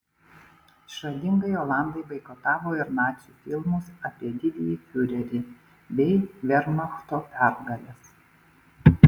išradingai olandai boikotavo ir nacių filmus apie didįjį fiurerį bei vermachto pergales